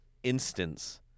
instance